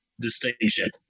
distinction